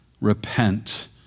repent